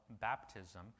baptism